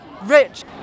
rich